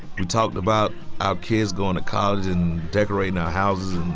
we talked about our kids going to college and decorating our houses.